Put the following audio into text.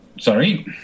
Sorry